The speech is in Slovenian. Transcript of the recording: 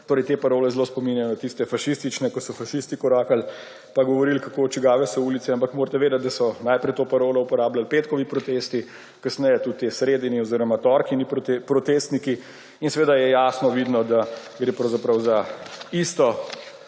Torej te parole zelo spominjajo na tiste fašistične, ko so fašisti korakali in govorili, čigave so ulice. Ampak morate vedeti, da so najprej to parolo uporabljali petkovi protesti, kasneje tudi ti sredini oziroma torkovi protestniki. In seveda je jasno vidno, da gre pravzaprav za isto